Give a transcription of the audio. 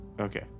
Okay